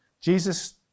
Jesus